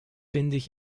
windig